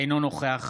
אינו נוכח